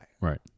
Right